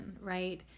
right